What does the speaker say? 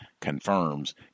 confirms